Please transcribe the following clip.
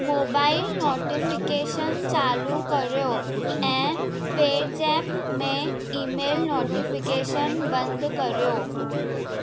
mobile notification चालू करियो ऐं पेजेप्प में ईमेल नोटिफिकेशन बंदि करियो